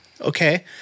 okay